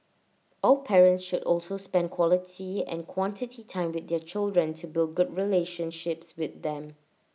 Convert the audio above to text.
all parents should also spend quality and quantity time with their children to build good relationships with them